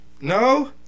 No